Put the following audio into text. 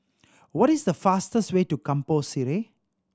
what is the fastest way to Kampong Sireh